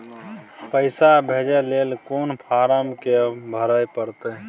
पैसा भेजय लेल कोन फारम के भरय परतै?